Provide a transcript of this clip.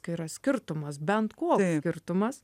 kai yra skirtumas bent koks skirtumas